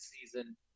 season